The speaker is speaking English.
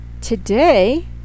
today